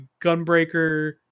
Gunbreaker